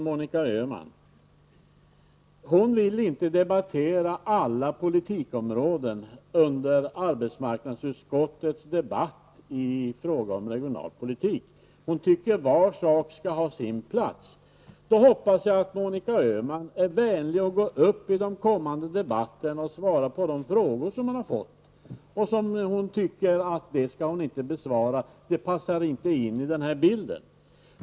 Monica Öhman vill inte debattera alla politikområden i samband med arbetsmarknadsutskottets betänkande om regionalpolitiken. Hon tycker att var sak skall ha sin plats. Jag hoppas då att Monica Öhman kommer att vara vänlig att gå upp i de kommande debatterna och svara på de frågor som hon har fått och som hon inte tycker att hon skall besvara eftersom de inte passar in i den här bilden.